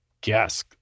guess